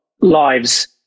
lives